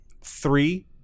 Three